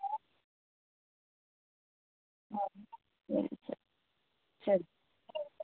ಸರಿ ಸರಿ ಸರಿ